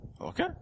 Okay